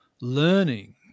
learning